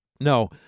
No